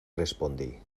respondí